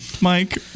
Mike